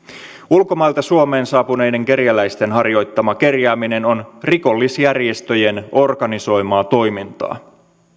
ulkomailta suomeen saapuneiden kerjäläisten harjoittama kerjääminen on rikollisjärjestöjen organisoimaa toimintaa